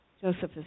Josephus